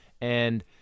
And-